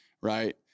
right